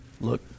look